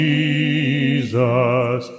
Jesus